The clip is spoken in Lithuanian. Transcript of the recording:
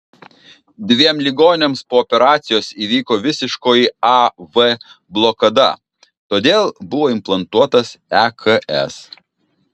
dviem ligoniams po operacijos įvyko visiškoji a v blokada todėl buvo implantuotas eks